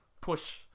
push